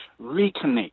reconnect